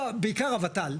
בעיקר הות"ל,